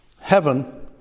Heaven